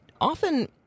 often